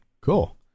cool